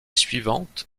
suivante